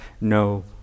no